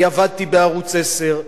אני עבדתי בערוץ-10.